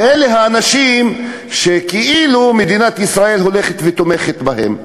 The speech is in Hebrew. ואלה האנשים שכאילו מדינת ישראל הולכת ותומכת בהם,